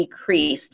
decreased